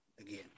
again